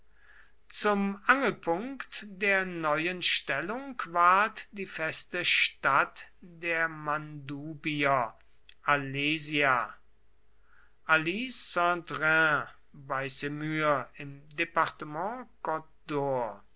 zum angelpunkt der neuen stellung ward die feste stadt der mandubier alesia